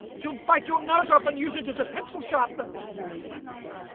she'll bite your nose off and use it as a pencil sharpener! that's very impractical,